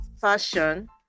fashion